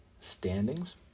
standings